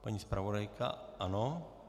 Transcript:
Paní zpravodajka ano.